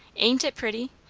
ain't it pretty?